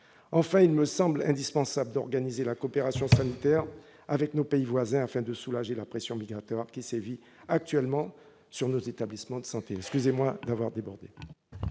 Enfin, il me semble indispensable d'organiser la coopération sanitaire avec les pays voisins, afin de soulager la pression migratoire qui pèse actuellement sur nos établissements de santé.